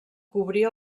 cobrir